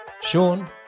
Sean